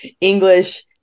English